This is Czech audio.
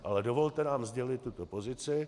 Ale dovolte nám sdělit tuto pozici.